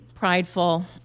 prideful